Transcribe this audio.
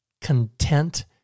content